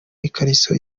ikariso